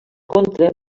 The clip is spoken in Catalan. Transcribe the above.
contra